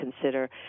consider